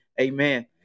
Amen